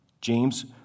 James